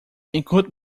encontre